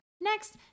next